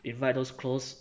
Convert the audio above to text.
invite those close